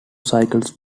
cycles